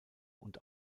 und